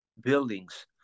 buildings